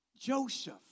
Joseph